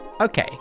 Okay